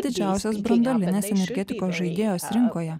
didžiausios branduolinės energetikos žaidėjos rinkoje